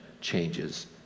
changes